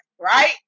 right